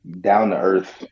down-to-earth